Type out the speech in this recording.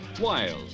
wild